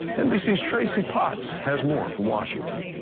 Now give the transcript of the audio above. nbc's tracy potts has more from washington.